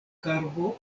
karbo